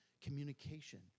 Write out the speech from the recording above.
communication